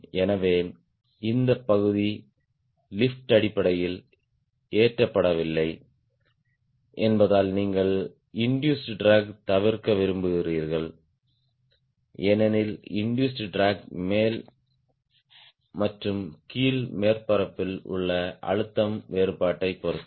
எனவே இந்த பகுதி லிப்ட் அடிப்படையில் ஏற்றப்படவில்லை என்பதால் நீங்கள் இண்டூஸ்ட் ட்ராக் தவிர்க்க விரும்புகிறீர்கள் ஏனெனில் இண்டூஸ்ட் ட்ராக் மேல் மற்றும் கீழ் மேற்பரப்பில் உள்ள அழுத்தம் வேறுபாட்டைப் பொறுத்தது